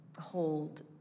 hold